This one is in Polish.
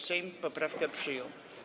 Sejm poprawkę przyjął.